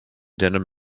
denim